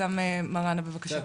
אבתיסאם מראענה, בבקשה.